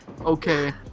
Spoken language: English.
Okay